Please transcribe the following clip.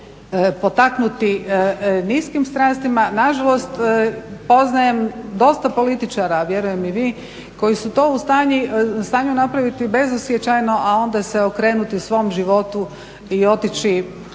potaknuti niskim strastima. Na žalost poznajem dosta političara, a vjerujem i vi koji su to u stanju napraviti bezosjećajno, a onda se okrenuti svom životu i otići